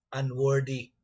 unworthy